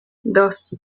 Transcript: dos